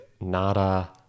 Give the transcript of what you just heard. Nada